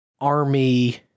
army